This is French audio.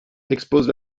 expose